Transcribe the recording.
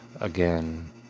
again